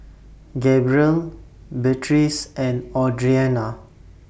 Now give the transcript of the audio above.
Gabriel Beatrice and Audrianna